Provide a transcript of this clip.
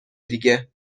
دیگه